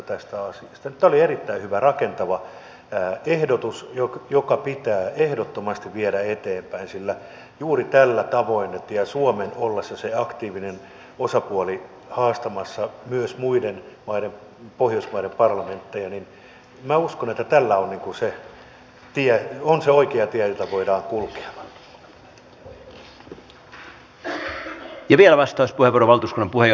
tämä oli erittäin hyvä rakentava ehdotus joka pitää ehdottomasti viedä eteenpäin sillä minä uskon että juuri se että suomi on se aktiivinen osapuoli haastamassa myös muiden pohjoismaiden parlamentteja on se oikea tie jota voidaan kulkea